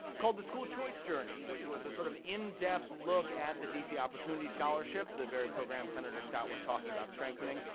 called the school choice journey, which was a sort of in-depth look at the d c. opportunity scholarship, the very program senator scott was talking about strengthening,